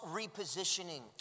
repositioning